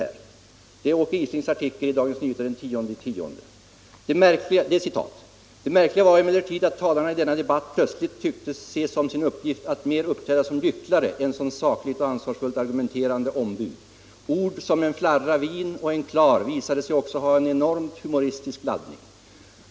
Åke Isling skrev i Dagens Nyheter den 10 oktober 1975: ”Det märkliga var emellertid att talarna i denna debatt plötsligt tycktes se som sin uppgift att mer uppträda som gycklare än som sakligt och ansvarsfullt argumenterande ombud. Ord som ”en flarra vin” och "en klar” visade sig också ha en enormt humoristisk laddning.